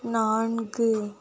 நான்கு